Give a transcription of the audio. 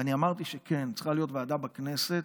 ואני אמרתי שכן, צריכה להיות ועדה בכנסת,